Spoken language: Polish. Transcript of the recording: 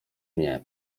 mnie